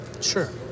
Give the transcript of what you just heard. sure